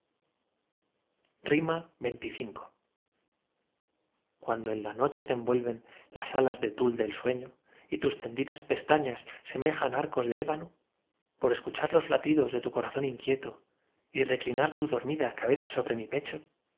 xxv cuando en la noche te envuelven las alas de tul del sueño y tus tendidas pestañas semejan arcos de ébano por escuchar los latidos de tu corazón inquieto y reclinar tu dormida cabeza sobre mi pecho